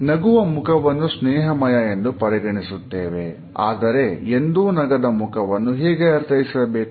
ನಗುವ ಮುಖವನ್ನು ಸ್ನೇಹಮಯ ಎಂದು ಪರಿಗಣಿಸುತ್ತೇವೆ ಆದರೆ ಎಂದೂ ನಗದ ಮುಖವನ್ನು ಹೇಗೆ ಅರ್ಥೈಸಬೇಕು